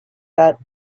that